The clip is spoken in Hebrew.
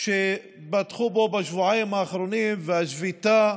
שפתחו בו בשבועיים האחרונים והשביתה,